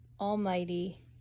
Almighty